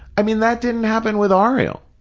i mean, that didn't happen with ariel